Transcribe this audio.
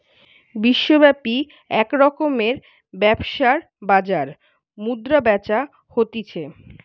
বিশ্বব্যাপী এক রকমের ব্যবসার বাজার মুদ্রা বেচা হতিছে